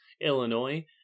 Illinois